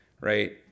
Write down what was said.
right